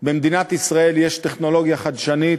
במדינת ישראל יש טכנולוגיה חדשנית,